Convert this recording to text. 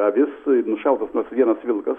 avis nušautas nors vienas vilkas